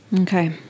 Okay